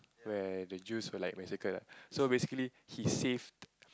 where the Jews were like massacred ah so basically he saved